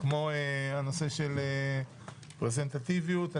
כמו הנושא של רפרזנטטיביות.